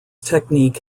technique